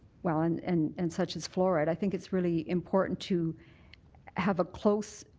well and and and such is fluoride, i think it's really important to have a close